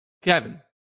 Kevin